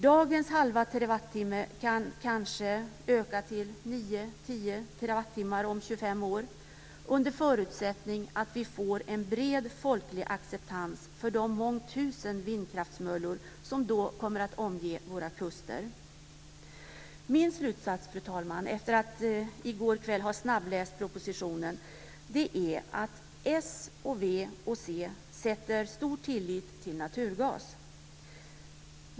Dagens halva terawattimme kan kanske öka till 9-10 terawattimmar om 25 år, under förutsättning att vi får en bred folklig acceptans för de mångtusen vindkraftmöllor som då kommer att omge våra kuster. Min slutsats, fru talman, efter att i går kväll ha snabbläst propositionen, är att s, v och c sätter stor tillit till naturgas.